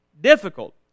difficult